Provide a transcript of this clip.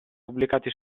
pubblicati